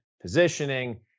positioning